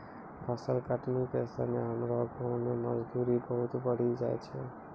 फसल कटनी के समय हमरो गांव मॅ मजदूरी बहुत बढ़ी जाय छै